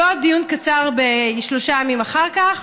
ועוד דיון קצר שלושה ימים אחר כך,